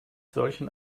solchen